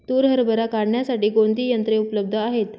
तूर हरभरा काढण्यासाठी कोणती यंत्रे उपलब्ध आहेत?